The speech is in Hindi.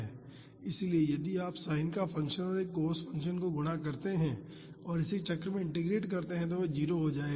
इसलिए यदि आप साइन फ़ंक्शन और इस कॉस फ़ंक्शन को गुणा करते हैं और इसे एक चक्र में इंटीग्रेट करते हैं तो यह 0 हो जाएगा